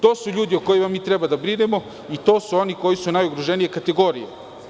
To su ljudi o kojima mi treba da brinemo i to su oni koji su najugroženija kategorija.